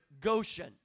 Goshen